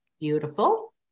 Beautiful